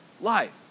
life